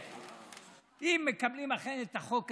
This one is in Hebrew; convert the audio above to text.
אם אכן מקבלים את החוק הזה,